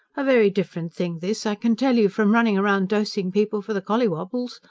a very different thing this, i can tell you, from running round dosing people for the collywobbles.